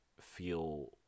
feel